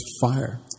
fire